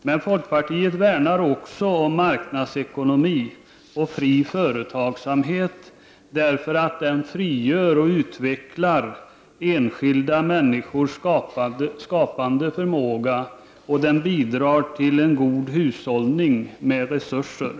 Men folkpartiet värnar också om marknadsekonomi och fri företagsamhet därför att därigenom frigörs och utvecklas enskilda människors skapande förmåga och bidrar till en god hushållning med resurser.